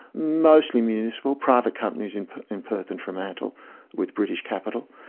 mostly municipal, private companies in in perth and fremantle with british capital.